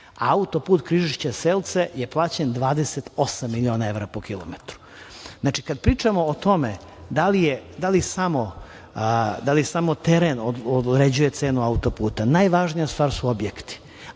auto-put Križišće – Selce je plaćen 28 miliona evra po kilometru. Kada pričamo o tome da li samo teren određuje cenu auto-puta, najvažnija stvar su objekti.